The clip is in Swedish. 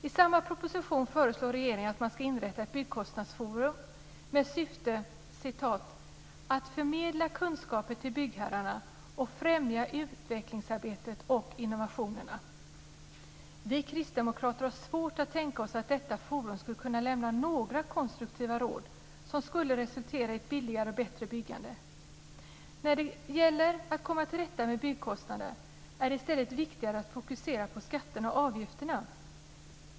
I samma proposition föreslår regeringen att man ska inrätta ett byggkostnadsforum med syfte att förmedla kunskaper till byggherrarna och främja utvecklingsarbetet och innovationerna. Vi kristdemokrater har svårt att tänka oss att detta forum skulle kunna lämna några konstruktiva råd som skulle resultera i ett billigare och bättre byggande. När det gäller att komma till rätta med byggkostnaderna är det i stället viktigare att fokusera på skatterna och avgifterna.